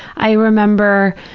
i remember,